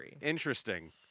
Interesting